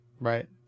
Right